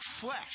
flesh